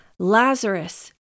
Lazarus